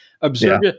observe